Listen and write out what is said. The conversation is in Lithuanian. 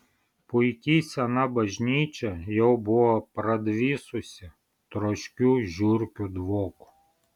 puiki sena bažnyčia jau buvo pradvisusi troškiu žiurkių dvoku